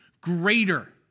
greater